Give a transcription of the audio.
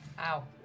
Ow